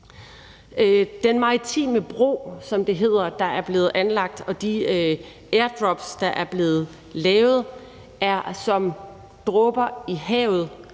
Den maritime bro, som det hedder, der er blevet anlagt, og de airdrops, der er blevet lavet, er som dråber i havet